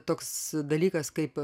toks dalykas kaip